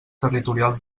territorials